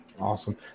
Awesome